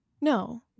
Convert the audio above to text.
No